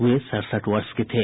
वे सड़सठ वर्ष के थे